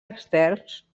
externs